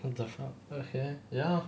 what the fuck what the heck ya